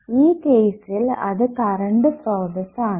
ഈ കേസിൽ അത് കറണ്ട് സ്രോതസ്സ് ആണ്